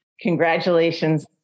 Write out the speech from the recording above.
Congratulations